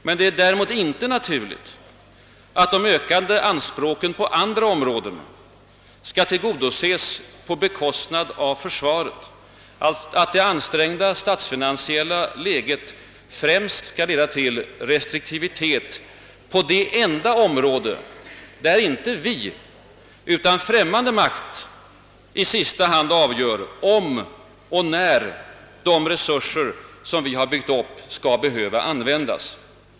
Däremot är det inte naturligt att de ökande anspråken på andra områden skall tillgodoses på bekostnad av försvaret — att det ansträngda statsfinansiella läget främst skall leda till restriktivitet på det enda område där inte vi, utan främmande makt i sista hand avgör om och när de resurser, som vi har byggt upp, skall behöva användas.